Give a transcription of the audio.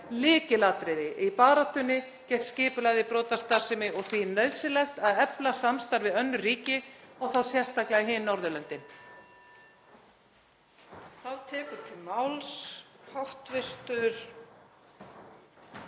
lykilatriði í baráttunni gegn skipulagðri brotastarfsemi og því nauðsynlegt að efla samstarf við önnur ríki og þá sérstaklega önnur Norðurlönd.